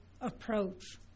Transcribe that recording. approach